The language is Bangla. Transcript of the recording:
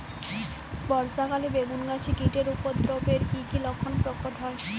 বর্ষা কালে বেগুন গাছে কীটের উপদ্রবে এর কী কী লক্ষণ প্রকট হয়?